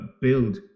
build